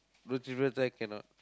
roti-prata cannot